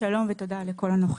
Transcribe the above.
שלום לכולם.